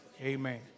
amen